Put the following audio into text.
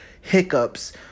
hiccups